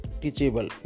teachable